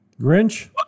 Grinch